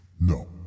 No